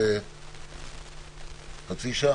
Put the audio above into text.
קצב הפעולה